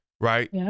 right